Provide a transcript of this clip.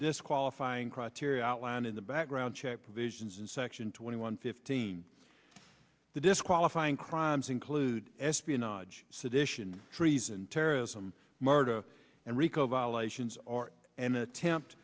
disqualifying criteria outland in the background check provisions in section twenty one fifteen the disqualifying crimes include espionage sedition treason terrorism murder and rico violations are an attempt